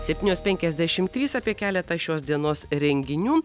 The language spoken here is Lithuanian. septynios penkiasdešim trys apie keletą šios dienos renginių